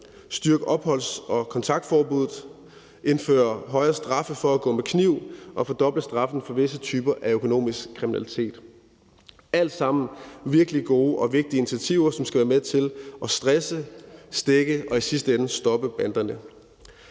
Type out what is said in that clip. styrke opholds- og kontaktforbuddet, indføre højere straffe for at gå med kniv og fordoble straffen for visse typer af økonomisk kriminalitet, hvad der alle sammen er virkelig gode og vigtige initiativer, som skal være med til at stresse, stække og i sidste ende stoppe banderne.